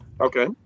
Okay